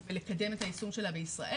ולקדם את היישום שלה בישראל,